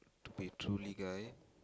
to be truly guy